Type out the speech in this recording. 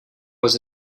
was